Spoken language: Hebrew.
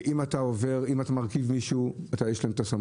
אם אתה מרכיב מישהו, יש להם את הסמכות.